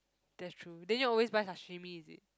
that's true then you always buy sashimi is it